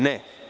Ne.